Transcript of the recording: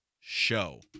show